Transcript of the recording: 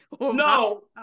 no